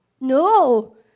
No